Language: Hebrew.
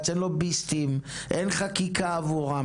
אין חקיקה עבורם,